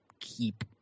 keep